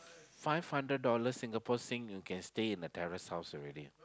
five hundred Singapore Sing you can stay in the terrace house already